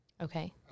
Okay